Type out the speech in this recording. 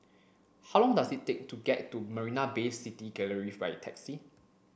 how long does it take to get to Marina Bay City Gallery by taxi